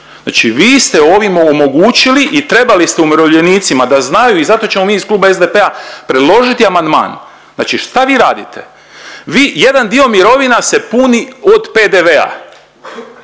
Znači vi ste ovim omogućili i trebali ste umirovljenicima da znaju i zato ćemo mi iz Kluba SDP-a predložiti amandman, znači šta vi radite? Vi jedan dio mirovina se puni od PDV-a,